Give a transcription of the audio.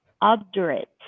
obdurate